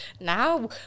now